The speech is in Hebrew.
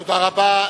תודה רבה.